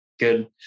good